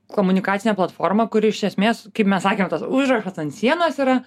komunikacinę platformą kuri iš esmės kaip mes sakėm tas užrašas ant sienos yra